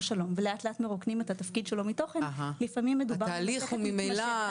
שלום ולאט-לאט מרוקנים את התפקיד שלו מתוכן --- תהליך מטורף.